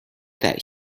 that